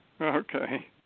Okay